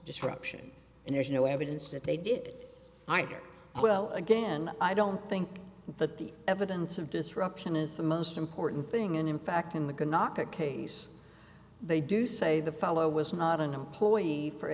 disruption and there's no evidence that they did right or well again i don't think that the evidence of disruption is the most important thing and in fact in the good not that case they do say the fellow was not an employee for